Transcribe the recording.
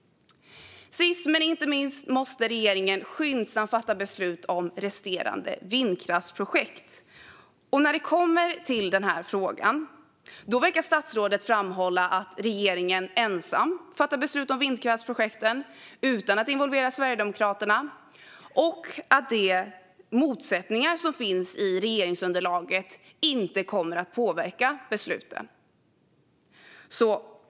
Sist, men inte minst, måste regeringen skyndsamt fatta beslut om resterande vindkraftsprojekt. När det kommer till denna fråga verkar statsrådet framhålla att regeringen ensam fattar beslut om vindkraftsprojekten utan att involvera Sverigedemokraterna och att de motsättningar som finns i regeringsunderlaget inte kommer att påverka besluten.